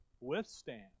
Withstand